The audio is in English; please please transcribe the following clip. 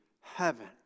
heaven